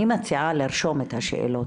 אני מציעה לרשום את השאלות,